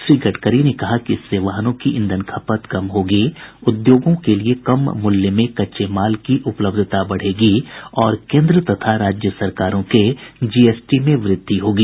श्री गडकरी ने कहा कि इससे वाहनों की ईंधन खपत कम होगी उद्योगों के लिए कम कीमत में कच्चे माल की उपलब्धता बढ़ेगी और केन्द्र तथा राज्य सरकारों के जीएसटी में वृद्धि होगी